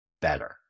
better